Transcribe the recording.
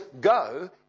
go